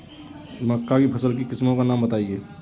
मक्का की फसल की किस्मों का नाम बताइये